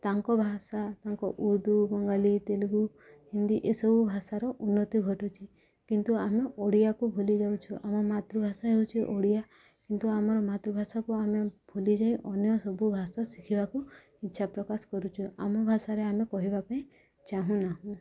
ତାଙ୍କ ଭାଷା ତାଙ୍କ ଉର୍ଦ୍ଦୁ ବଙ୍ଗାଳୀ ତେଲୁଗୁ ହିନ୍ଦୀ ଏସବୁ ଭାଷାର ଉନ୍ନତି ଘଟୁଛି କିନ୍ତୁ ଆମେ ଓଡ଼ିଆକୁ ଭୁଲି ଯାଉଛୁ ଆମ ମାତୃଭାଷା ହେଉଛି ଓଡ଼ିଆ କିନ୍ତୁ ଆମର ମାତୃଭାଷାକୁ ଆମେ ଭୁଲି ଯାଇ ଅନ୍ୟ ସବୁ ଭାଷା ଶିଖିବାକୁ ଇଚ୍ଛା ପ୍ରକାଶ କରୁଛୁ ଆମ ଭାଷାରେ ଆମେ କହିବା ପାଇଁ ଚାହୁଁନାହୁଁ